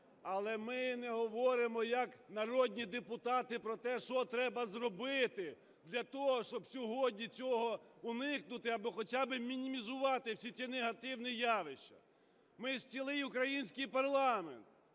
Але ми не говоримо як народні депутати про те, що треба зробити для того, щоб сьогодні цього уникнути або хоча б мінімізувати всі ці негативні явища. Ми ж цілий український парламент.